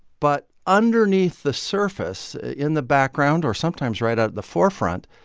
but underneath the surface, in the background or sometimes right at the forefront,